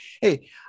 Hey